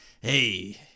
Hey